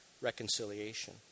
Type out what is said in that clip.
reconciliation